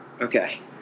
Okay